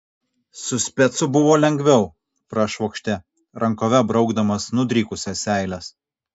su specu buvo lengviau prašvokštė rankove braukdamas nudrykusias seiles